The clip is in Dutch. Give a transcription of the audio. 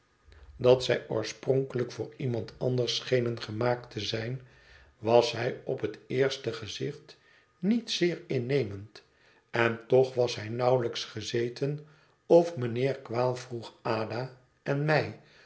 dat zij oorspronkelijk voor iemand anders schenen gemaakt te zijn was hij op het eerste gezicht niet zeer innemend en toch was hij nauwelijks gezeten of mijnheer quale vroeg ada en mij